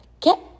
Get